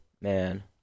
Man